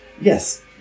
yes